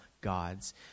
God's